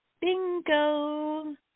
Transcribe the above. bingo